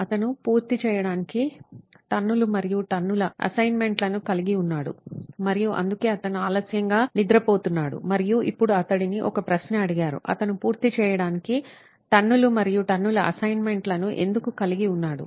అతను పూర్తి చేయడానికి టన్నులు మరియు టన్నుల అసైన్మెంట్లను కలిగి ఉన్నాడు మరియు అందుకే అతను ఆలస్యంగా నిద్రపోతున్నాడు మరియు ఇప్పుడు అతడిని ఒక ప్రశ్న అడిగారు అతను పూర్తి చేయడానికి టన్నులు మరియు టన్నుల అసైన్మెంట్లను ఎందుకు కలిగి ఉన్నాడు